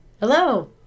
Hello